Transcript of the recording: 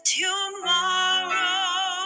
tomorrow